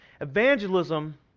Evangelism